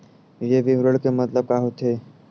ये विवरण के मतलब का होथे?